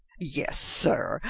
yes, sir,